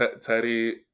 Teddy